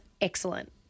excellent